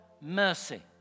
mercy